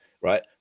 right